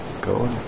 Go